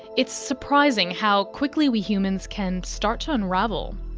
it's surprising how quickly we humans can start to unravel.